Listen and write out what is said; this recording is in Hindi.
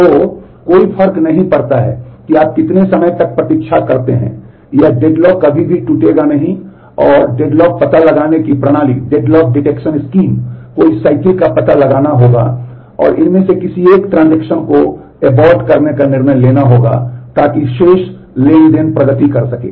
तो कोई फर्क नहीं पड़ता कि आप कितने समय तक प्रतीक्षा करते हैं यह डेडलॉक करने का निर्णय लेना होगा और ताकि शेष ट्रांज़ैक्शन प्रगति कर सके